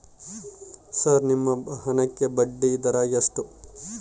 Sir ನಿಮ್ಮ ಹಣಕ್ಕೆ ಬಡ್ಡಿದರ ಎಷ್ಟು?